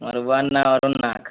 ମୋର୍ ବୁଆର୍ ନାଁ ଅରୁଣ୍ ନାଗ୍